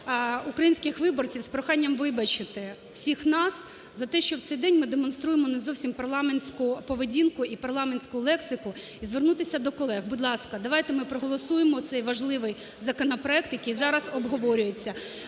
українських виборців з проханням вибачити всіх нас за те, що в цей день ми демонструємо не зовсім парламентську поведінку і парламентську лексику і звернутися до колег, будь ласка, давайте ми проголосуємо цей важливий законопроект ,який зараз обговорюється.